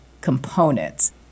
components